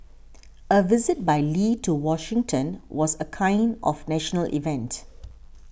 a visit by Lee to Washington was a kind of national event